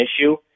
issue